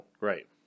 Right